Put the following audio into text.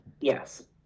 yes